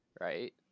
right